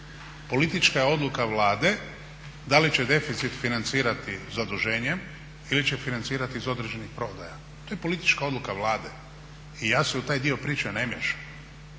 Politička je odluka Vlade da li će deficit financirati zaduženjem ili će financirat iz određenih prodaja. To je politička odluka Vlade i ja se u taj dio priče ne miješam.